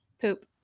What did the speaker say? Poop